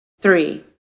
three